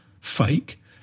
fake